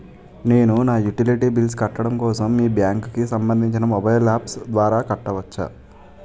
నేను నా utility bills కట్టడం కోసం మీ బ్యాంక్ కి సంబందించిన మొబైల్ అప్స్ ద్వారా కట్టవచ్చా?